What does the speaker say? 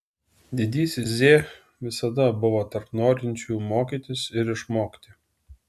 didysis z visada buvo tarp norinčiųjų mokytis ir išmokti